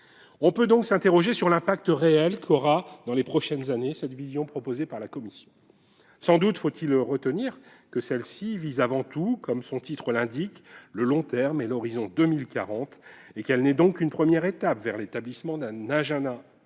On peut donc s'interroger sur l'impact réel qu'aura, dans les prochaines années, cette vision proposée par la Commission. Sans doute faut-il alors retenir que celle-ci vise avant tout, comme son titre l'indique, le long terme et l'horizon 2040, et qu'elle n'est donc qu'une première étape vers l'établissement d'un agenda rural